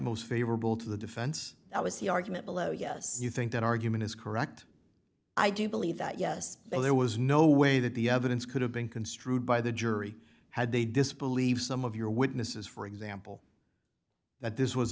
most favorable to the defense that was the argument below yes you think that argument is correct i do believe that yes there was no way that the evidence could have been construed by the jury had they disbelieve some of your witnesses for example that this was